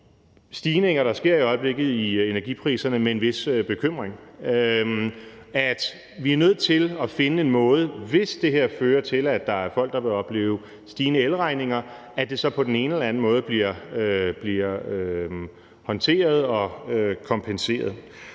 stigninger, der sker i øjeblikket i energipriserne, med en vis bekymring. Vi er nødt til, hvis det her fører til, at der er folk, der vil opleve stigende elregninger, at sørge for, at det på den ene eller den anden måde bliver håndteret og kompenseret.